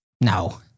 No